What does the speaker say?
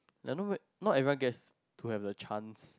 and not not everyone guess to have the chance